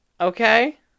Okay